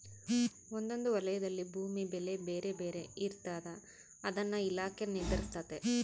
ಒಂದೊಂದು ವಲಯದಲ್ಲಿ ಭೂಮಿ ಬೆಲೆ ಬೇರೆ ಬೇರೆ ಇರ್ತಾದ ಅದನ್ನ ಇಲಾಖೆ ನಿರ್ಧರಿಸ್ತತೆ